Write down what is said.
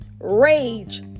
Rage